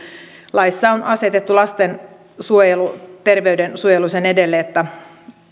laissa on asetettu lastensuojelu terveyden suojelemisen edelle että